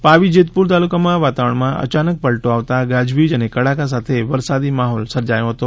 પાવીજેતપુર તાલુકામાં વાતાવરણમાં અચાનક પલટો આવતાં ગાજવીજઅને કડાકા સાથે વરસાદી માહોલ સર્જાયો હતો